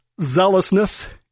zealousness